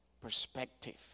perspective